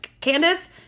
Candace